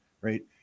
right